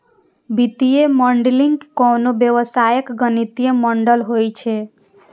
वित्तीय मॉडलिंग कोनो व्यवसायक गणितीय मॉडल होइ छै